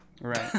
Right